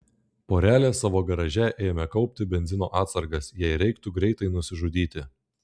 porelė savo garaže ėmė kaupti benzino atsargas jei reiktų greitai nusižudyti